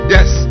Yes